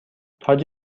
تاج